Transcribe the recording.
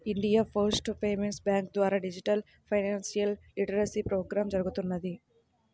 India post payments bank ద్వారా digital financial literacy programme జరుగుతున్నది